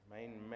main